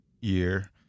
year